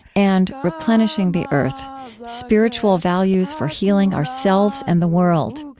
and replenishing the earth spiritual values for healing ourselves and the world.